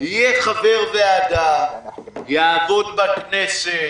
יהיה חבר ועדה, יעבוד בכנסת,